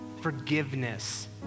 Forgiveness